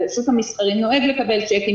השוק המסחרי נוהג לקבל צ'קים.